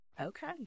Okay